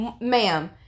ma'am